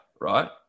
right